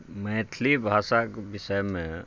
मैथिली भाषाक विषय मे